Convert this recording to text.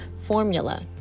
formula